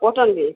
cotton भी